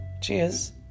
cheers